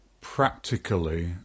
practically